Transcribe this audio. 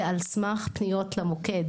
זה על סמך פניות למוקד,